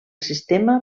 sistema